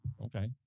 Okay